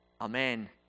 Amen